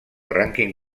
rànquing